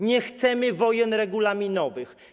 Nie chcemy wojen regulaminowych.